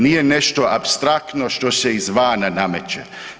Nije nešto apstraktno što se izvana nameće.